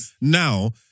Now